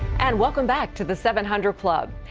and welcome back to the seven hundred club.